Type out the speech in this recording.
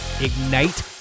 Ignite